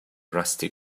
rusty